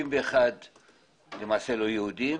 61 אחוזים לא יהודים